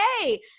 hey